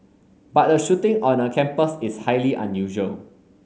but a shooting on a campus is highly unusual